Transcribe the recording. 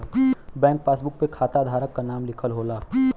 bank passbook पे खाता धारक क नाम लिखल होला